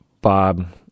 Bob